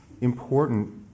important